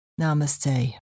Namaste